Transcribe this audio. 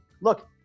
Look